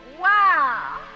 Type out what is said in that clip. Wow